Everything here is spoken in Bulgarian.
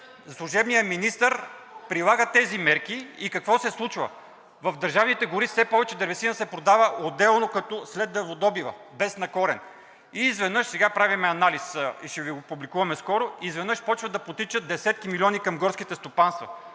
служебният министър, прилага тези мерки и какво се случва? В държавните гори все повече дървесина се продава отделно, като след дърводобива без на корен и изведнъж, сега правим анализ и ще го публикуваме скоро, почват да потичат десетки милиони към горските стопанства.